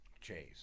Chase